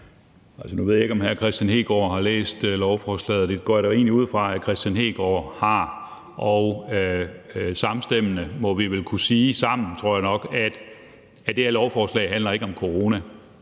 Nu ved jeg ikke, om hr. Kristian Hegaard har læst lovforslaget. Det går jeg da egentlig ud fra at hr. Kristian Hegaard har, og samstemmende tror jeg vel nok, vi må kunne sige, at det her lovforslag ikke handler om corona,